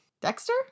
Dexter